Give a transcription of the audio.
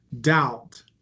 doubt